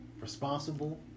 responsible